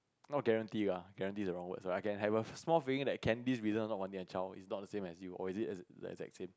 not guarantee ah guarantee is the wrong word so I can have a small feeling that Candy's reason for not wanting a child is not the same as you or is it the exact same